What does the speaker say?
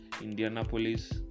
Indianapolis